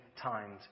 times